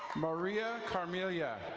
maria carmillia.